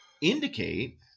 indicate